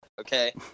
okay